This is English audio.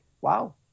wow